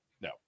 no